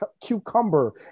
cucumber